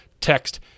Text